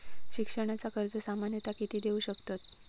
शिक्षणाचा कर्ज सामन्यता किती देऊ शकतत?